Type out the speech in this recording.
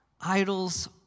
idols